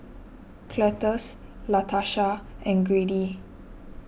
Cletus Latarsha and Grady